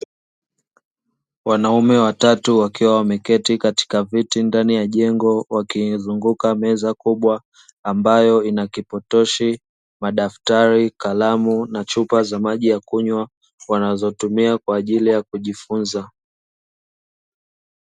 Wanaume watatu wakiwa wameketi katika viti ndani ya jengo wakizunguka meza kubwa ambayo ina kipotoshi, madaftari, kalamu na chupa za maji ya kunywa wanazotumia kwaajili yakujifunza.